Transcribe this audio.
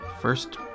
first